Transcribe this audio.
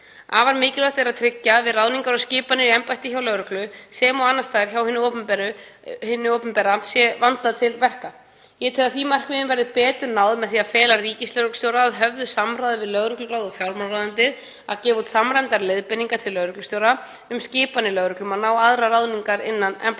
Afar mikilvægt er að tryggja að við ráðningar og skipanir í embætti hjá lögreglu, sem og annars staðar hjá hinu opinbera, sé vandað til verka. Ég tel að því markmiði verði betur náð með því að fela ríkislögreglustjóra, að höfðu samráði við lögregluráð og fjármálaráðuneytið, að gefa út samræmdar leiðbeiningar til lögreglustjóra um skipanir lögreglumanna og aðrar ráðningar innan embættanna.